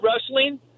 wrestling